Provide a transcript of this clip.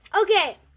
Okay